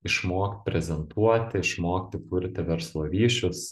išmokt prezentuoti išmokti kurti verslo ryšius